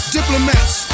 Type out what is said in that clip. Diplomats